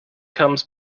comes